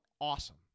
awesome